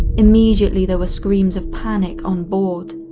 immediately there were screams of panic on board.